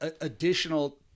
additional –